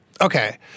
Okay